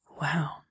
Wow